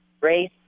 race